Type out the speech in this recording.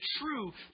true